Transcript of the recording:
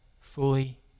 fully